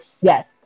Yes